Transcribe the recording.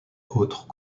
autres